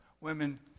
women